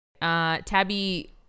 Tabby